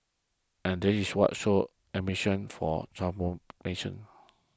and that is what sows ambition for transformation